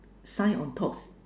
sign on top